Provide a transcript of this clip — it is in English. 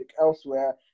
elsewhere